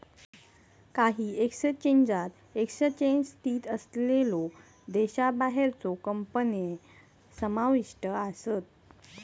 काही एक्सचेंजात एक्सचेंज स्थित असलेल्यो देशाबाहेरच्यो कंपन्या समाविष्ट आसत